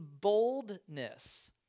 boldness